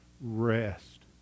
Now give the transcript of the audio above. rest